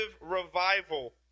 revival